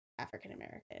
african-american